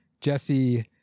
Jesse